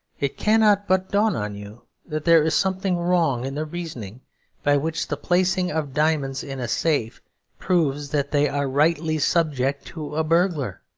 it cannot but dawn on you that there is something wrong in the reasoning by which the placing of diamonds in a safe proves that they are rightly subject to a burglar.